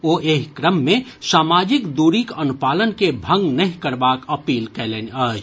ओ एहि क्रम मे सामाजिक दूरीक अनुपालन के भंग नहि करबाक अपील कयलनि अछि